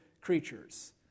creatures